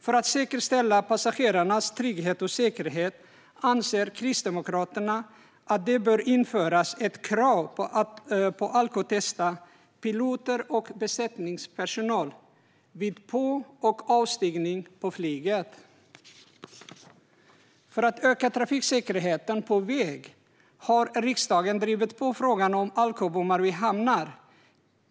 För att säkerställa passagerarnas trygghet och säkerhet anser Kristdemokraterna att det bör införas ett krav på att alkotesta piloter och besättningspersonal vid på och avstigning på flyget. För att öka trafiksäkerheten på väg har riksdagen drivit på frågan om alkobommar vid hamnar.